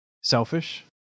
selfish